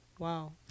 Wow